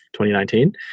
2019